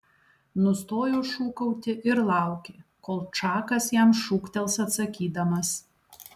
nustojo šūkauti ir laukė kol čakas jam šūktels atsakydamas